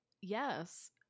yes